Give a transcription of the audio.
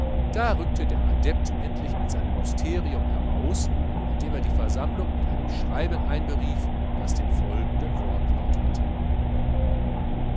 da rückte der adept endlich mit seinem mysterium heraus indem er eine versammlung mit einem schreiben einberief das folgenden wortlaut hatte